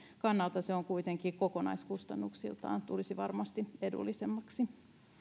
kannalta se kuitenkin kokonaiskustannuksiltaan tulisi varmasti edullisemmaksi